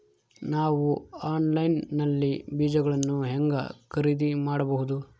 ನಾವು ಆನ್ಲೈನ್ ನಲ್ಲಿ ಬೇಜಗಳನ್ನು ಹೆಂಗ ಖರೇದಿ ಮಾಡಬಹುದು?